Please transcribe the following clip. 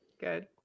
Good